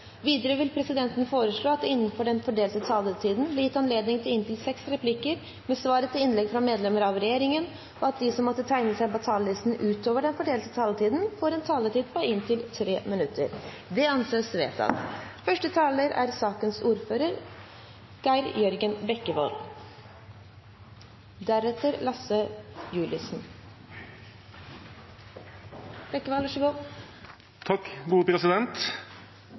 Videre vil presidenten foreslå at det – innenfor den fordelte taletid – blir gitt anledning til replikkordskifte på inntil seks replikker med svar etter innlegg fra medlemmer av regjeringen, og at de som måtte tegne seg på talerlisten utover den fordelte taletid, får en taletid på inntil 3 minutter. – Det anses vedtatt. La meg først få takke komiteen for et godt samarbeid. Selv om komiteen er